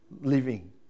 living